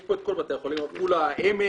יש פה את כל בתי החולים, עפולה העמק,